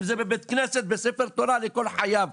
אם זה בבית הכנסת לספר תורה כל חייו.